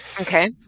Okay